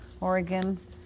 Oregon